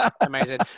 amazing